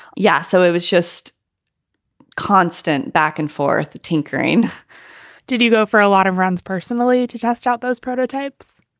yeah. so it was just constant back and forth tinkering did you go for a lot of runs personally to test out those prototypes?